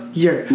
year